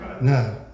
No